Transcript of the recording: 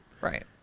right